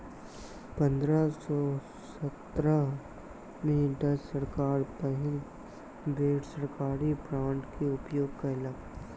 पंद्रह सौ सत्रह में डच सरकार पहिल बेर सरकारी बांड के उपयोग कयलक